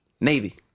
navy